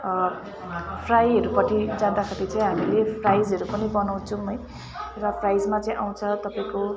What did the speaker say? फ्राईहरूपट्टि जाँदाखेरि चाहिँ हामीले फ्राइजहरू पनि बनाउँछौँ र फ्राइजमा चाहिँ आउँछ तपाईँको